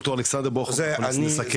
בגלל זה אני חושב